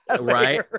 Right